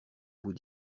vous